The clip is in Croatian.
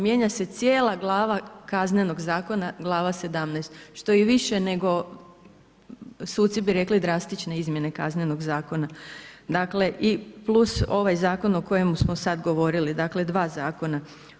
Mijenja se cijela Glava Kaznenog zakona, Glava 17 što je i više nego, suci bi rekli drastične izmjene Kaznenog zakona dakle i plus ovaj zakon o kojemu smo sad govorili, dakle dva zakona.